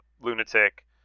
lunatic